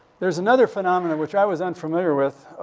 there's another phenomena, which i was unfamiliar with.